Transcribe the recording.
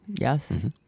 Yes